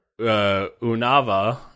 Unava